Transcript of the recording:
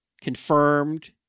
confirmed